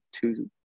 two